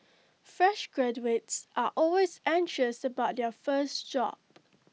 fresh graduates are always anxious about their first job